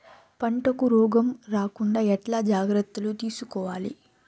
పంటకు రోగం రాకుండా ఎట్లా జాగ్రత్తలు తీసుకోవాలి?